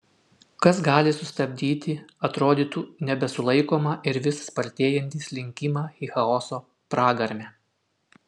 kas gali sustabdyti atrodytų nebesulaikomą ir vis spartėjantį slinkimą į chaoso pragarmę